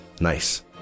Nice